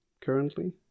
currently